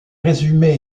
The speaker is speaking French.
résumé